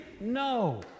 No